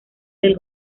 del